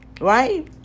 Right